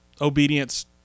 obedience